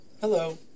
Hello